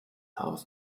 haus